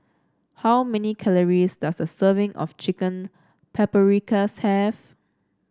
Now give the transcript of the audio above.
how many calories does a serving of Chicken Paprikas have